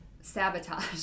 sabotage